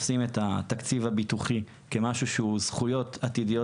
תופסים את התקציב הביטוחי כמשהו שהוא זכויות עתידיות